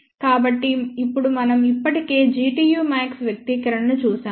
కాబట్టి ఇప్పుడు మనం ఇప్పటికే Gtu max వ్యక్తీకరణ ని చూశాము